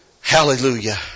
Hallelujah